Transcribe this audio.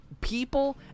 people